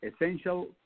essential